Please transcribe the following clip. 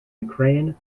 ukraine